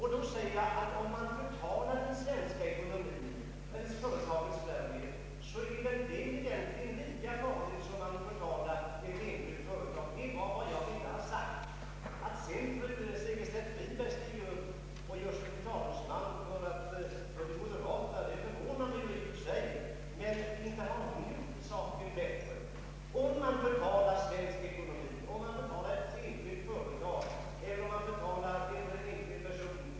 Herr talman!